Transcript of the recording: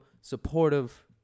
supportive